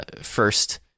first